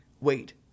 wait